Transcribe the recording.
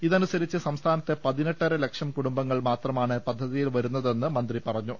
ഇതനുസരിച്ച് സംസ്ഥാനത്തെ പതിനെട്ടര ലക്ഷം കുടുംബങ്ങൾ മാത്രമാണ് പദ്ധതിയിൽ വരുന്നതെന്ന് മന്ത്രി പറഞ്ഞു